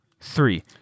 three